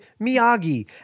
Miyagi